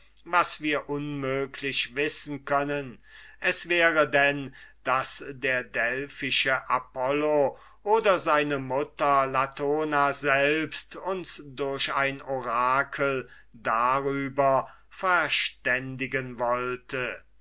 was wir unmöglich wissen können es wäre denn daß der delphische apollo oder seine mutter latona selbst uns durch ein orakel darüber verständigen wollte